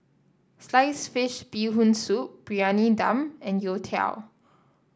Sliced Fish Bee Hoon Soup Briyani Dum and Youtiao